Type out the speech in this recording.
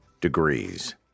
degrees